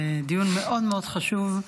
זה דיון מאוד מאוד חשוב,